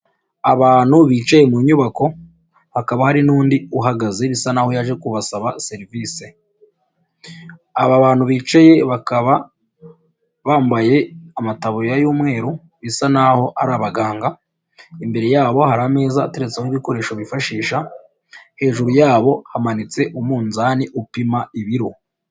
Abantu bicaye mu nyubako, hakaba hari n'undi uhagaze bisa naho yaje kubasaba serivisi, aba bantu bicaye bakaba bambaye amataburiya y'umweru, bisa naho ari abaganga, imbere yabo hari ameza ateretsemo ibikoresho bifashisha, hejuru yabo hamanitse umunzani upima ibiro.